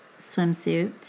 swimsuit